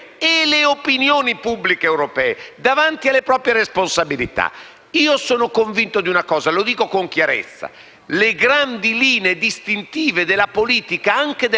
Sono convinto di una cosa e lo dico con chiarezza: le grandi linee distintive della politica, anche della politica nazionale, oggi passano attraverso il tema dell'Europa.